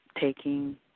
taking